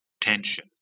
tension